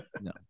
no